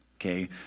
Okay